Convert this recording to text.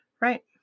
right